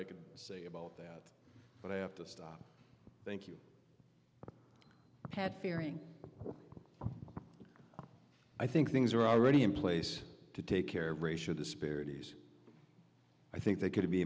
could say about that but i have to stop thank you pat fearing i think things are already in place to take care racial disparities i think they could be